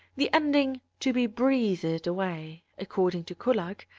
the ending, to be breathed away, according to kullak,